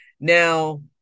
Now